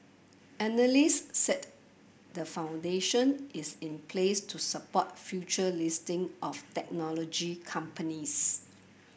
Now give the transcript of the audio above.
analyst said the foundation is in place to support future listing of technology companies